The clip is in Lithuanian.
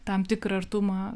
tam tikrą artumą